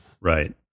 Right